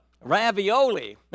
Ravioli